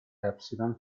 epsilon